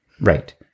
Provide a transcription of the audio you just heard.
Right